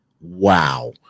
wow